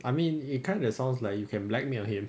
I mean it kind of sounds like you can blackmail him